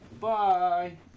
Bye